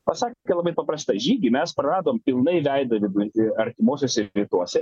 pasakė labai paprastai žygi mes praradom pilnai veidą vidur artimuosiuose rytuose